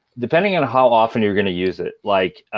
depending on how often you're going to use it. like